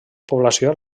població